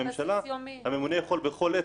הממונה יכול בכל עת להפעיל